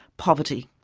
poverty.